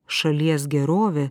šalies gerovė